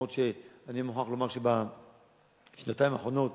אף-על-פי שאני מוכרח לומר שבשנתיים האחרונות